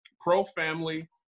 pro-family